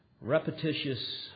repetitious